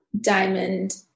diamond